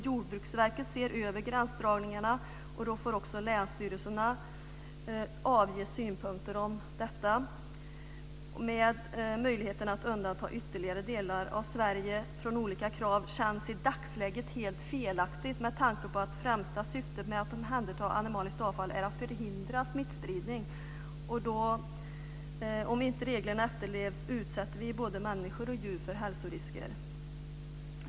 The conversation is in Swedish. Jordbruksverket ser över gränsdragningarna, och länsstyrelserna får då avge synpunkter på detta, men möjligheten att undanta ytterligare delar av Sverige från olika krav känns i dagsläget helt felaktigt med tanke på att det främsta syftet med att omhänderta animaliskt avfall är att förhindra smittspridning. Om inte reglerna inte efterlevs utsätter vi då både människor och djur för hälsorisker.